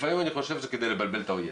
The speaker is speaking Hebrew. לפעמים אני חושב שזה כדי לבלבל את האויב.